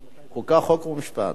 חוקה, חוק ומשפט.